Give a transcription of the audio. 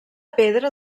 pedra